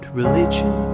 religion